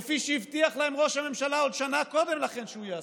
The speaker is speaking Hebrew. כפי שהבטיח להם ראש הממשלה עוד שנה קודם לכן שהוא יעשה.